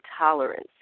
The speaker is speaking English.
tolerance